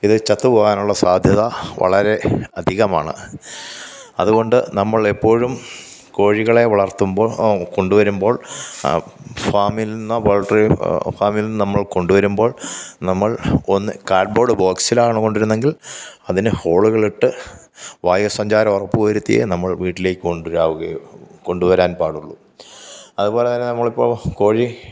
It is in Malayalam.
ഇത് ചത്ത് പോകാനുള്ള സാധ്യത വളരെ അധികമാണ് അതുകൊണ്ട് നമ്മളെപ്പോഴും കോഴികളെ വളർത്തുമ്പോൾ കൊണ്ടുവരുമ്പോൾ ഫാമിൽ നിന്ന് വളരെ ഫാമിൽനിന്നു നമ്മൾ കൊണ്ടുവരുമ്പോൾ നമ്മൾ ഒന്ന് കാർഡ്ബോർഡ് ബോക്സിലാണ് കൊണ്ടുവരുന്നതെങ്കിൽ അതിനു ഹോളുകളിട്ട് വായുസഞ്ചാരം ഉറപ്പുവരുത്തി നമ്മൾ വീട്ടിലേക്കു കൊണ്ടുവരഗയു കൊണ്ടുവരാൻ പാടുള്ളു അതുപോലെ തന്നെ നമ്മളിപ്പോൾ കോഴി